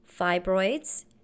fibroids